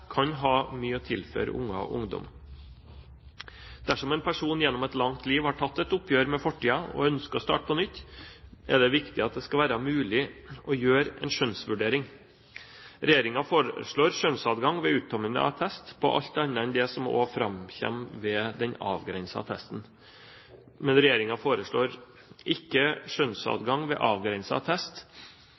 kan ha mye å tilføre barn og ungdom. Dersom en person gjennom et langt liv har tatt et oppgjør med fortiden og ønsker å starte på nytt, er det viktig at det skal være mulig å gjøre en skjønnsvurdering. Regjeringen foreslår skjønnsadgang ved uttømmende attest på alt annet enn det som også framkommer på den avgrensede attesten. Men regjeringen foreslår ikke skjønnsadgang ved